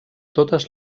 totes